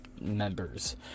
members